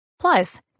Plus